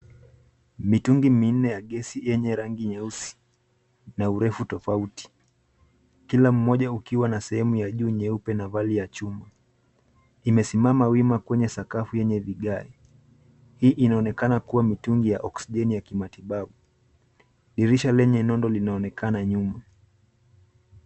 Mitungi minne ya gesi yenye rangi nyeusi na urefu tofauti. Kila mmoja ukiwa na sehemu ya juu nyeupe na vali ya chuma. Imesimama wima kwenye sakafu yenye vigae. Hii inaonekana kuwa mitungi ya oksijeni ya kimatibabu. Dirisha lenye nondo linaonekana nyuma.